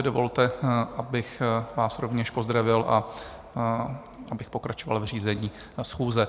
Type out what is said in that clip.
Dovolte, abych vás rovněž pozdravil a abych pokračoval v řízení schůze.